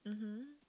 mmhmm